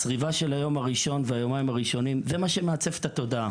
הצריבה של היום-יומיים הראשונים זה מה שמעצב את התודעה.